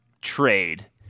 trade